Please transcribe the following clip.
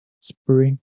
spring